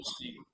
see